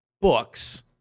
books